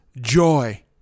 joy